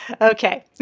Okay